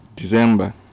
December